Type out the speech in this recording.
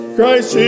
Christ